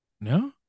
No